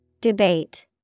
Debate